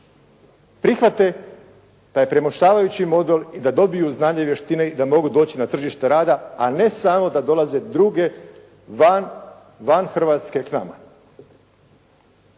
prihvate taj premoštavajući modul i da dobiju znanje i vještine i da mogu doći na tržište rada, a ne samo da dolaze druge van Hrvatske k nama.